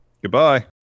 Goodbye